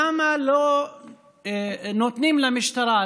למה לא נותנים למשטרה,